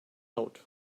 note